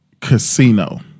casino